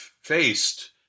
faced